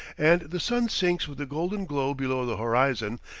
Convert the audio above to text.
and the sun sinks with a golden glow below the horizon,